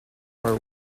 are